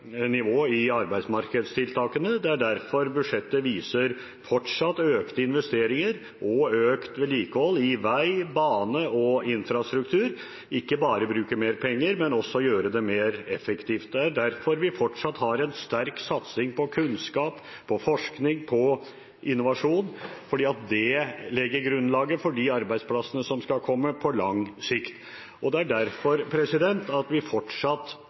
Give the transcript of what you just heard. nivå i arbeidsmarkedstiltakene. Det er derfor budsjettet viser fortsatt økte investeringer og økt vedlikehold på vei, bane og infrastruktur – ikke bare bruke mer penger, men også gjøre det mer effektivt. Det er derfor vi fortsatt har en sterk satsing på kunnskap, forskning og innovasjon, for det legger grunnlaget for de arbeidsplassene som skal komme på lang sikt. Og det er derfor vi fortsatt